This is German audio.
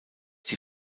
die